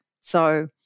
So-